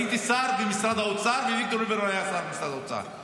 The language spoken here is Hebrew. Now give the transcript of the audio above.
הייתי שר במשרד האוצר ואביגדור ליברמן היה שר במשרד האוצר.